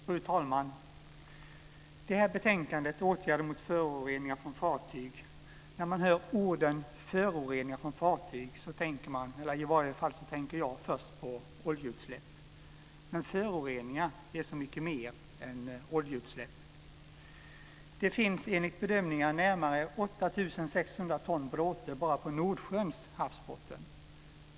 Fru talman! Det här betänkandet behandlar frågor om åtgärder mot föroreningar från fartyg. När man hör orden föroreningar från fartyg tänker man - eller i varje fall jag - först på oljeutsläpp. Men föroreningar är så mycket mer än oljeutsläpp. Det finns enligt bedömningar närmare 8 600 ton bråte bara på Nordsjöns havsbotten.